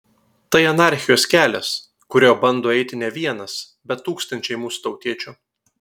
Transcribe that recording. tai anarchijos kelias kuriuo bando eiti ne vienas bet tūkstančiai mūsų tautiečių